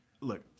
look